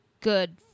good